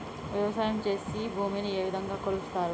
వ్యవసాయం చేసి భూమిని ఏ విధంగా కొలుస్తారు?